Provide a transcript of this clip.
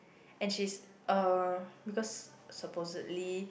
and she's uh because supposedly